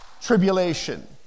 Tribulation